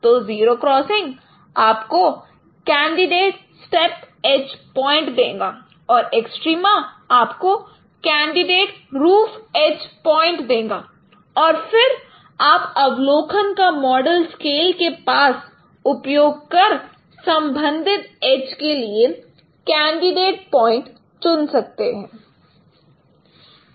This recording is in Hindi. तो जीरो क्रॉसिंग आपको कैंडिडेट स्थेप एज पॉइंट देगा और एक्सट्रीमा आपको कैंडिडेट रूफ़ एज पॉइंट देगा और फिर आप अवलोकन का मॉडल स्केल के पास उपयोग कर संबंधित एज के लिए कैंडिडेट पॉइंट चुन सकते हैं